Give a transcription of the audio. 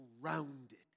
surrounded